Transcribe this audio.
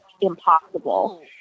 impossible